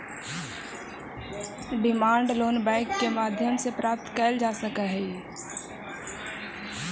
demand loan bank के माध्यम से प्राप्त कैल जा सकऽ हइ